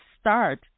start